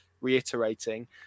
reiterating